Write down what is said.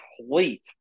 complete